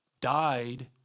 died